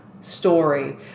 story